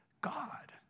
God